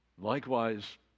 Likewise